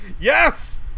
YES